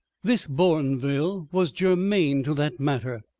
this bourneville was germane to that matter.